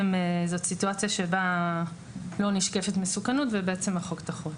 זאת סיטואציה בה לא נשקפת מסוכנות ובעצם החוק יחול.